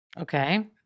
Okay